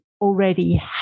already